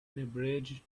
unabridged